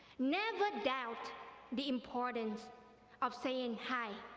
never doubt the importance of saying hi,